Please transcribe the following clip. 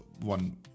one